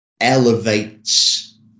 elevates